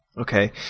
okay